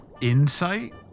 insight